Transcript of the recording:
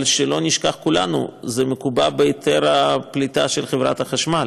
אבל שלא נשכח כולנו: זה מקובע בהיתר הפליטה של חברת החשמל,